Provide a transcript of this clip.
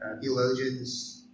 theologians